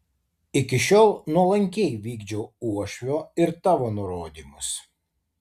iki šiol nuolankiai vykdžiau uošvio ir tavo nurodymus